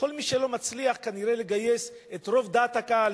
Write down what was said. כנראה כל מי שלא מצליח לגייס את רוב דעת הקהל